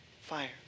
Fire